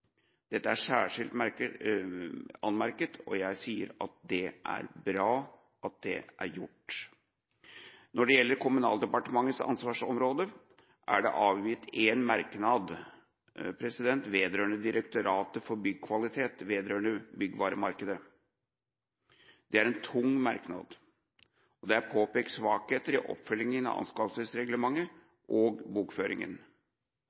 Dette er særskilt anmerket, og jeg sier det er bra at det er gjort. Når det gjelder Kommunaldepartementets ansvarsområde, er det avgitt én merknad, vedrørende Direktoratet for byggkvalitet og byggvaremarkedet. Det er en tung merknad, og det er påpekt svakheter i oppfølgingen av